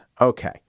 Okay